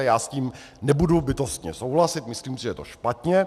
Já s tím nebudu bytostně souhlasit, myslím si, že je to špatně.